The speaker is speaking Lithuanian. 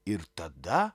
ir tada